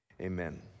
amen